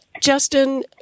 Justin